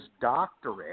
doctorate